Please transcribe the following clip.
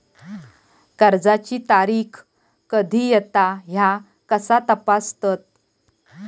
कर्जाची तारीख कधी येता ह्या कसा तपासतत?